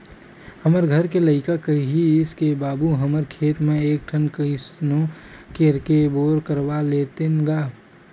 हमर घर के लइका किहिस के बाबू हमर खेत म एक ठन कइसनो करके बोर करवा लेतेन गा